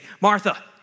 Martha